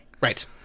right